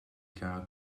gael